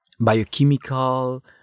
biochemical